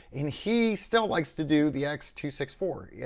and he still likes to do the x two six four. yeah